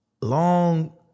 long